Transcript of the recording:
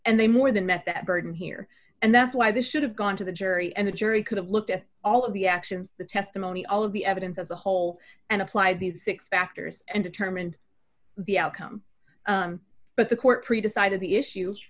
and they more than met that burden here and that's why this should have gone to the jury and the jury could have looked at all of the actions the testimony all of the evidence as a whole and apply these six factors and determined the outcome but the court pre decided the issue